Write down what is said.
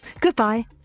Goodbye